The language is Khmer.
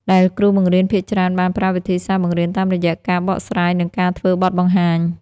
ដែលគ្រូបង្រៀនភាគច្រើនបានប្រើវិធីសាស្ត្របង្រៀនតាមរយៈការបកស្រាយនិងការធ្វើបទបង្ហាញ។